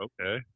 Okay